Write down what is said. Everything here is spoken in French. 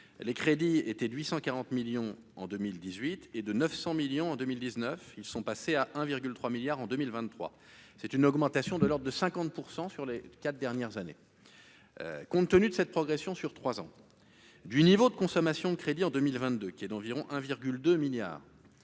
les crédits était 840 millions en 2018 et de 900 millions en 2019, ils sont passés à 1 virgule 3 milliards en 2023, c'est une augmentation de l'ordre de 50 % sur les 4 dernières années, compte tenu de cette progression sur 3 ans du niveau de consommation de crédits en 2022, qui est d'environ 1,2 milliards